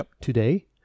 today